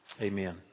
Amen